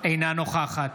אינה נוכחת